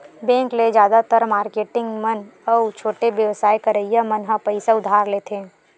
bank ले जादातर marketing मन अउ छोटे बेवसाय करइया मन ह पइसा उधार लेथे